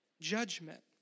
judgment